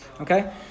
Okay